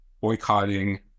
boycotting